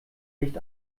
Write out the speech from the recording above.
licht